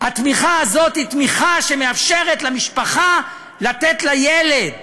התמיכה הזאת היא תמיכה שמאפשרת למשפחה לתת לילד